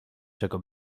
czego